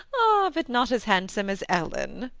ah, but not as handsome as ellen!